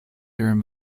durham